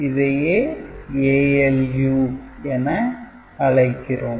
இதையே ALU என அழைக்கிறோம்